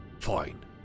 fine